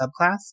subclass